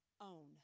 own